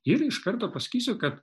ir iš karto pasakysiu kad